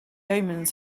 omens